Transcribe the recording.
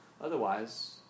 Otherwise